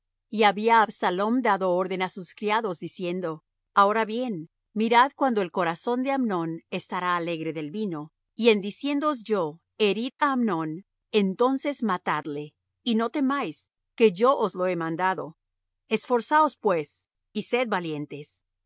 y había absalom dado orden á sus criados diciendo ahora bien mirad cuando el corazón de amnón estará alegre del vino y en diciéndoos yo herid á amnón entonces matadle y no temáis que yo os lo he mandado esforzaos pues y sed valientes